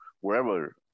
wherever